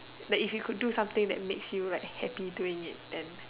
like if you could something that makes you like happy doing it then